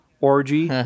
Orgy